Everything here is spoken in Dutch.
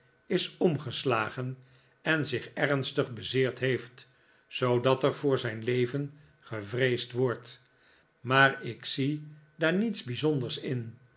is omgeslagen en zich ernstig bezeerd heeft zoodat er voor zijn leven gevreesd wordt maar ik zie daar niets biizonders in